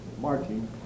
marching